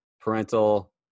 parental